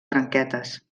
branquetes